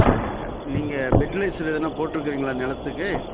சரிங்க நீங்கள் பெட்லைஸர் எதனாது போட்டிருக்கிறீங்களா நிலத்துக்கு